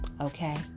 Okay